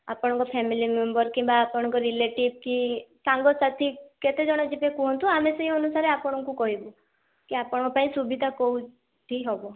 ଆପଣଙ୍କ family member କିମ୍ବା ଆପଣଙ୍କ ରିଲେଟିଭ କି ସାଙ୍ଗସାଥି କେତେଜଣ ଯିବେ କୁହନ୍ତୁ ଆମେ ସେଇ ଅନୁସାରେ ଆପଣଙ୍କୁ କହିବୁ କି ଆପଣଙ୍କ ପାଇଁ ସୁବିଧା କେଉଁଟା ଠିକ୍ ହେବ